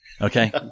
Okay